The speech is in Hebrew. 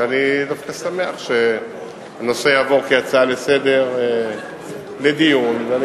ואני דווקא שמח שהנושא יעבור כהצעה לסדר-היום לדיון.